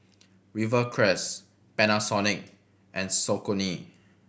Rivercrest Panasonic and Saucony